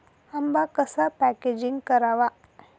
आंबा कसा पॅकेजिंग करावा?